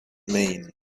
mean